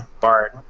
bard